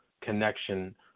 connection